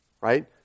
right